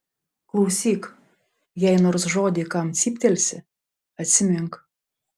klausyk jei nors žodį kam cyptelsi atsimink